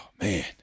man